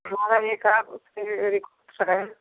हमारा ही काम